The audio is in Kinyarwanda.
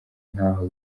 ntaho